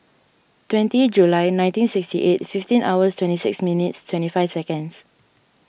twenty July nineteen sixty eight fifteen hours twenty six minutes twenty five seconds